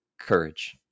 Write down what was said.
courage